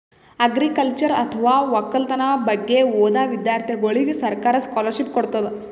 agriculture ಅಥವಾ ವಕ್ಕಲತನ್ ಬಗ್ಗೆ ಓದಾ ವಿಧ್ಯರ್ಥಿಗೋಳಿಗ್ ಸರ್ಕಾರ್ ಸ್ಕಾಲರ್ಷಿಪ್ ಕೊಡ್ತದ್